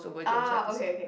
ah okay okay